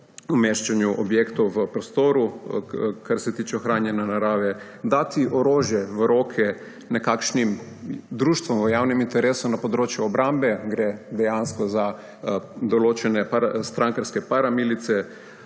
umeščanju objektov v prostoru, kar se tiče ohranjanja narave, dati orožje v roke nekakšnim društvom v javnem interesu na področju obrambe, gre dejansko za določene strankarske paramilice,